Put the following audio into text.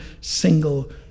single